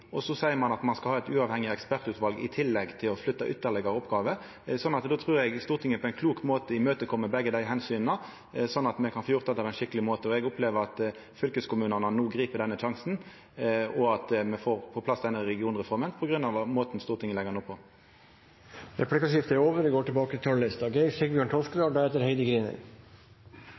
Så seier ein at ein skal ha eit uavhengig ekspertutval i tillegg til å flytta ytterlegare oppgåver. Då trur eg Stortinget på ein klok møte imøtekjem begge omsyna, sånn at me kan få gjort dette på ein skikkeleg måte. Eg opplever at fylkeskommunane no grip denne sjansen, og at me får på plass denne regionreforma pga. måten Stortinget legg henne opp på. Dermed er replikkordskiftet over.